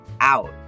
out